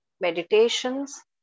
meditations